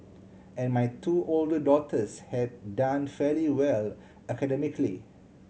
and my two older daughters had done fairly well academically